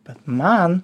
bet man